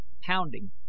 pounding